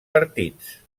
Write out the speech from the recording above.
partits